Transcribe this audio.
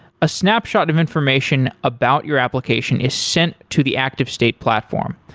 a snapshot of information about your application is sent to the activestate platform.